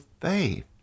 faith